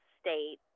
state